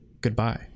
goodbye